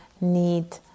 need